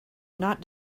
not